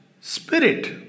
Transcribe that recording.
Spirit